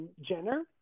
Jenner